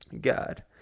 God